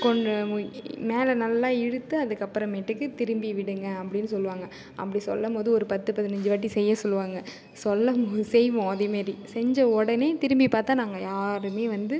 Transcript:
கொஞ்சம் மேலே நல்லா இழுத்து அதுக்கு அப்புறமேட்டுக்கு திரும்பி விடுங்க அப்படின்னு சொல்லுவாங்க அப்படி சொல்லும் போது ஒரு பத்து பதினைஞ்சி வாட்டி செய்ய சொல்லுவாங்க சொல்லும்போ செய்வோம் அதேமாரி செஞ்ச உடனே திரும்பி பார்த்தா நாங்கள் யாருமே வந்து